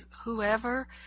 whoever